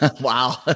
Wow